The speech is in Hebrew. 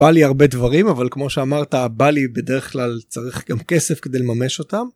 ‫בא לי הרבה דברים, אבל כמו שאמרת, ‫בא לי, בדרך כלל צריך גם כסף כדי לממש אותם.